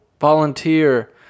Volunteer